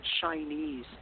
Chinese